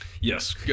Yes